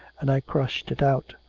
and i crushed it out.